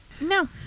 No